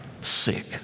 sick